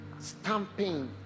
stamping